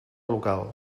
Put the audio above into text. local